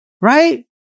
Right